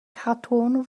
cadwyn